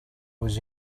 was